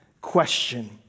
question